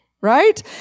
right